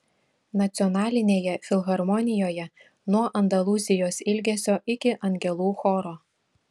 nacionalinėje filharmonijoje nuo andalūzijos ilgesio iki angelų choro